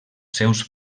seus